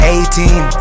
Eighteen